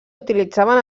utilitzaven